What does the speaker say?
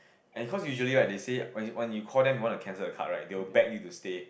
and cause usually right they say when when you call them you want to cancel the card right they will beg you to stay